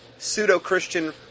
pseudo-Christian